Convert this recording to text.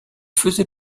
faisait